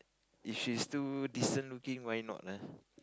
if she's too decent looking why not ah